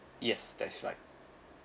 yes that's right